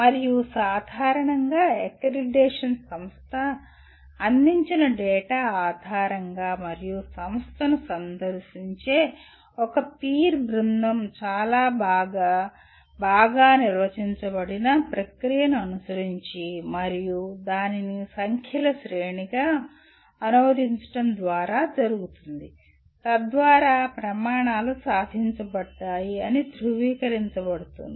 మరియు సాధారణంగా అక్రెడిటేషన్ సంస్థ అందించిన డేటా ఆధారంగా మరియు సంస్థను సందర్శించే ఒక పీర్ బృందం చాలా బాగా బాగా నిర్వచించబడిన ప్రక్రియను అనుసరించి మరియు దానిని సంఖ్యల శ్రేణిగా అనువదించడం ద్వారా జరుగుతుంది తద్వారా ప్రమాణాలు సాధించబడ్డాయి అని దృవీకరించబడుతుంది